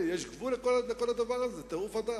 יש גבול לכל הדבר הזה, טירוף הדעת.